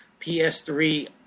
PS3